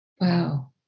Wow